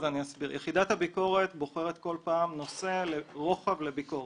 יחידת הביקורת בוחרת כל פעם נושא רוחב לביקורת.